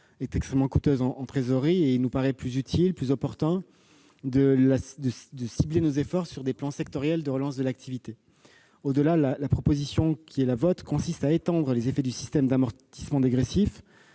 est extrêmement coûteuse en trésorerie. Il nous paraît plus opportun de cibler nos efforts sur des plans sectoriels de relance de l'activité. Au-delà, votre proposition consiste à étendre les effets du système d'amortissement dégressif,